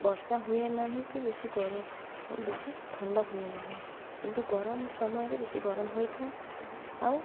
ବର୍ଷା ହୁଏ ନାହିଁ କି ବେଶୀ ବେଶୀ ଥଣ୍ଡା ହୁଏ ନାହିଁ କିନ୍ତୁ ଗରମ ସମୟରେ ବେଶୀ ଗରମ ହୋଇଥାଏ ଆଉ